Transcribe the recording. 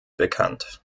bekannt